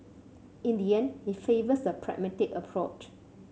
in the end he favours the pragmatic approach